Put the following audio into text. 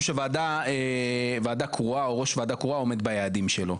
שוועדה קרואה או ראש ועדה קרואה עומד ביעדים שלו,